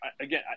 again